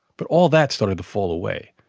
but all that started to fall away,